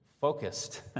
focused